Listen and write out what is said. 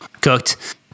cooked